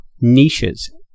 niches